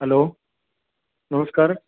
hello નમસ્કાર